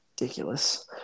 ridiculous